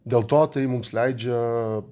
dėl to tai mums leidžia